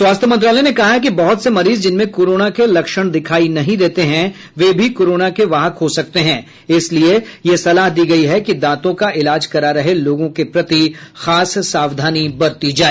स्वास्थ्य मंत्रालय ने कहा है कि बहुत से मरीज जिनमें कोरोना के लक्षण दिखाई नहीं देते हैं वे भी कोरोना के वाहक हो सकते हैं इसलिए यह सलाह दी गई है कि दांतों का इलाज करा रहे लोगों के प्रति खास सावधानी बरती जाए